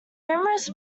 numerous